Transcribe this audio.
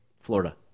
Florida